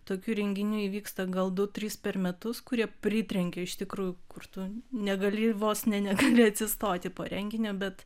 tokių renginių įvyksta gal du trys per metus kurie pritrenkia iš tikrųjų kur tu negali vos ne negali atsistoti po renginio bet